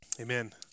Amen